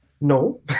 No